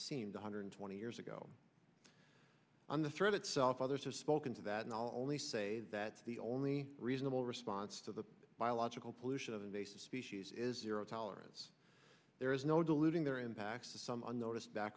seemed one hundred twenty years ago on the thread itself others have spoken to that and i'll only say that the only reasonable response to the biological pollution of a species is zero tolerance there is no diluting their impact to some unnoticed back